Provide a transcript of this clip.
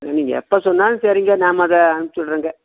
நீங்கள் எப்போ சொன்னாலும் சரிங்க நாம அதை அனுப்பிச்சு விட்றங்க